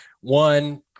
One